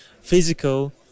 physical